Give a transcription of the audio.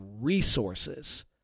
resources